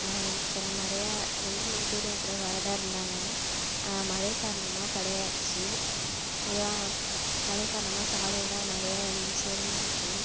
அப்புறம் நிறையா ரெண்டு மூணு பேர் என் கூட வரதாக இருந்தாங்க மழை காரணமாக தடையாகிடுச்சி அதுதான் மழை காரணமாக சாலையெல்லாம் நிறையா சேதமாக இருக்கும்